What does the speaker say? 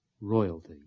royalty